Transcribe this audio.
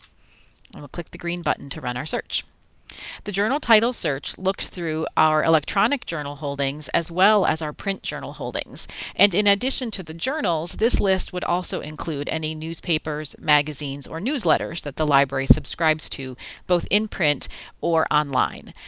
and click the green button to run our search the journal title search looks through our electronic journal holdings as well as our print journal holdings and in addition to the journals this list would also include any newspapers magazines or newsletters that the library subscribes to both in print or online.